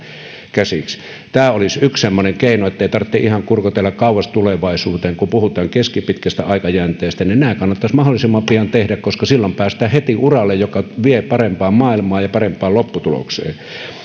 käsiksi tämä olisi yksi semmoinen keino ettei tarvitse ihan kurkotella kauas tulevaisuuteen kun puhutaan keskipitkästä aikajänteestä niin nämä kannattaisi mahdollisimman pian tehdä koska silloin päästään heti uralle joka vie parempaan maailmaan ja parempaan lopputulokseen